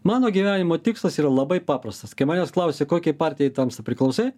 mano gyvenimo tikslas yra labai paprastas kai manęs klausia kokiai partijai tamsta priklausai